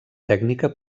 tècnica